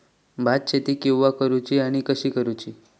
भात शेती केवा करूची आणि कशी करुची?